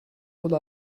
would